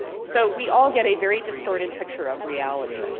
so we all get a very distorted picture of reality.